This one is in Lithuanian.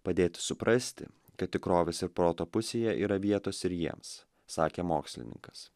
padėti suprasti kad tikrovės ir proto pusėje yra vietos ir jiems sakė mokslininkas